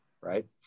right